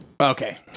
Okay